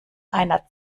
einer